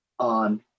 On